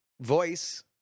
voice